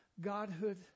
godhood